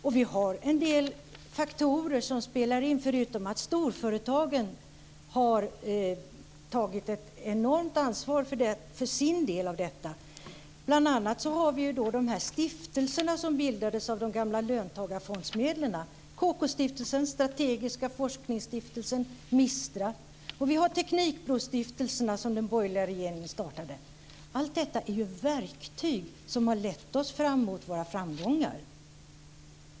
Och vi har en del faktorer som spelar in, förutom att storföretagen har tagit ett enormt ansvar för sin del av detta. Bl.a. har vi de stiftelser som bildades av de gamla löntagarfondsmedlen, KK-stiftelsen, Strategiska forskningsstiftelsen och MISTRA. Vi har också teknikbrostiftelserna som den borgerliga regeringen startade. Allt detta är ju verktyg som har lett fram till våra framgångar.